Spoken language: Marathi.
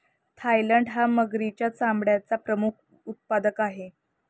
थायलंड हा मगरीच्या चामड्याचा प्रमुख उत्पादक आहे